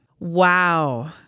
Wow